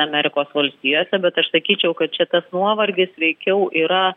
amerikos valstijose bet aš sakyčiau kad šitas nuovargis veikiau yra